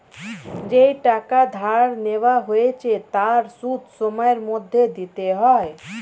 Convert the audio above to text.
যেই টাকা ধার নেওয়া হয়েছে তার সুদ সময়ের মধ্যে দিতে হয়